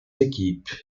équipes